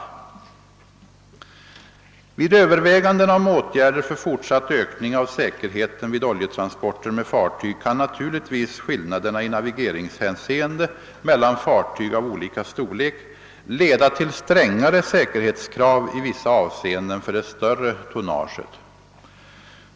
Vid övervägandena om åtgärder för fortsatt ökning av säkerheten vid oljetransporter med fartyg kan naturligtvis skillnaderna i navigeringshänseende mellan fartyg av olika storiek leda till strängare säkerhetskrav i vissa avseenden för det större tonnaget.